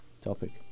topic